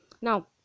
Now